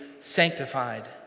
sanctified